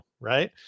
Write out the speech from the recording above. right